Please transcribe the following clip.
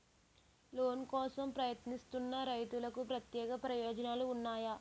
Loan కోసం ప్రయత్నిస్తున్న రైతులకు ప్రత్యేక ప్రయోజనాలు ఉన్నాయా?